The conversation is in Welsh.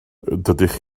dydych